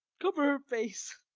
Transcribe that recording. cover her face